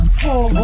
four